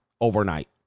overnight